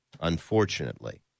unfortunately